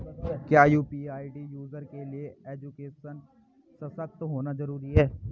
क्या UPI user के लिए एजुकेशनल सशक्त होना जरूरी है?